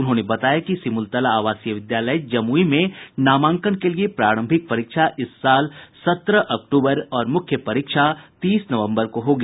उन्होंने बताया कि सिमुलतला आवासीय विद्यालय जमुई में नामांकन के लिये प्रारंभिक परीक्षा इस साल सत्रह अक्टूबर और मुख्य परीक्षा तीस नवम्बर को होगी